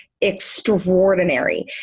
extraordinary